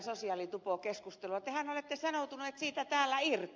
tehän olette sanoutuneet siitä täällä irti